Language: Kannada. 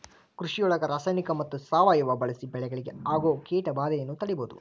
ಕೃಷಿಯೊಳಗ ರಾಸಾಯನಿಕ ಮತ್ತ ಸಾವಯವ ಬಳಿಸಿ ಬೆಳಿಗೆ ಆಗೋ ಕೇಟಭಾದೆಯನ್ನ ತಡೇಬೋದು